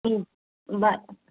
bye